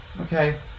Okay